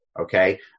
Okay